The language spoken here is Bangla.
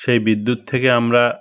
সেই বিদ্যুৎ থেকে আমরা